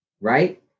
right